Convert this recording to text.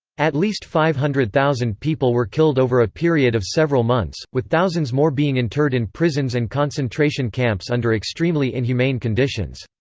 at least five hundred thousand people were killed over a period of several months, with thousands more being interred in prisons and concentration camps under extremely inhumane conditions.